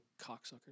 cocksucker